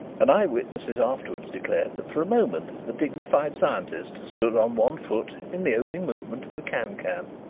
and eyewitnesses afterwards declared that for a moment the dignified scientist stood on one foot in the opening movement of a can-can.